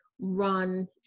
run